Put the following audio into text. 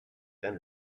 then